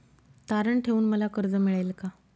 तारण ठेवून मला कर्ज मिळेल का?